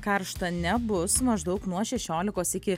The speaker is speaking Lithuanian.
karšta nebus maždaug nuo šešiolikos iki